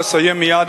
אסיים מייד,